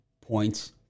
points